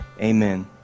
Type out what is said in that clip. amen